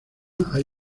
hay